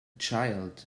child